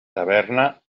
taverna